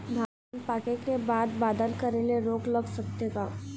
धान पाके के बाद बादल करे ले रोग लग सकथे का?